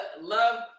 love